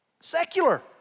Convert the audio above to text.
Secular